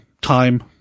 time